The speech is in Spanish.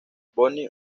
bonnie